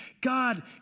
God